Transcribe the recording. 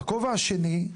הכובע השני,